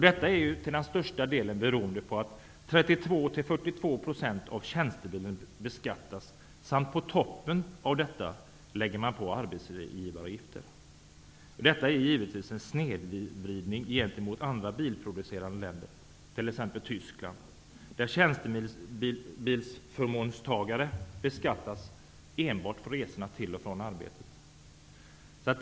Detta beror till största delen på att 32--42 % av tjänstebilen beskattas samt att på toppen av detta läggs arbetsgivaravgifter. Det är givetvis en snedvridning gentemot andra bilproducerande länder, t.ex. Tyskland, där tjänstebilsförmånstagare beskattas enbart för resorna till och från arbetet.